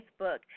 Facebook